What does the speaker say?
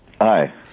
Hi